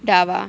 डावा